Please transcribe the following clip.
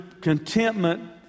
contentment